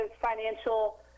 financial